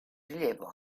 rilievo